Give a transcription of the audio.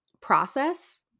process